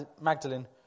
Magdalene